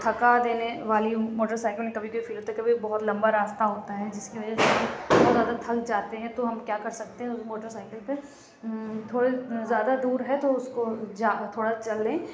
تھکا دینے والی موٹر سائیکل کبھی کبھی فیل ہوتا ہے بہت لمبا راستہ ہوتا ہے جس کی وجہ سے بہت زیادہ تھک جاتے ہیں تو ہم کیا کر سکتے ہیں اُس موٹر سائیکل پہ تھوڑے زیادہ دور ہے تو اُس کو جا تھوڑا چل لیں